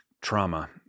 trauma